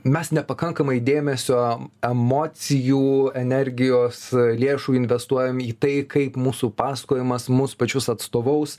mes nepakankamai dėmesio emocijų energijos lėšų investuojam į tai kaip mūsų pasakojimas mus pačius atstovaus